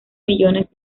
millones